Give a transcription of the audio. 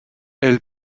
elle